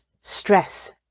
stress